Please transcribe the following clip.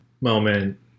moment